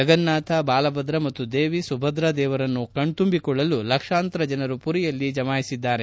ಜಗನ್ನಾಥ ಬಾಲಭದ್ರ ಮತ್ತು ದೇವಿ ಸುಭದ್ರಾ ದೇವರನ್ನು ಕಣ್ತಂಬಿಕೊಳ್ಳಲು ಲಕ್ಷಾಂತರ ಜನರು ಪುರಿಯಲ್ಲಿ ಜಮಾಯಿಸಿದ್ದಾರೆ